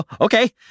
Okay